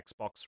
Xbox